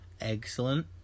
Excellent